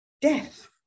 death